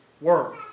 work